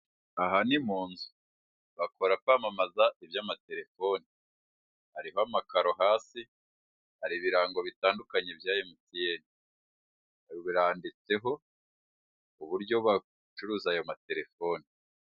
Aha ni mu nzu bakora kwamamaza iby'amatelefoni, hariho amakaro hasi hari ibirango bitandukanye bya emutiyene biranditseho uburyo bacuruza ayo ma telefoni.